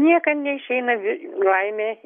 niekad neišeina vi laimė